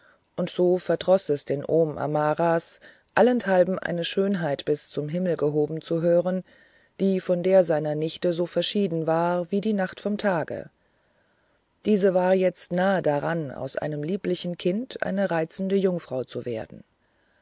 und so verdroß es den ohm amaras allenthalben eine schönheit bis zum himmel gehoben zu hören die von der seiner nichte so verschieden war wie die nacht vom tage diese war jetzt nahe daran aus einem lieblichen kind eine reizende jungfrau zu werden